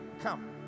Come